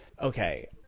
Okay